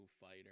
fighter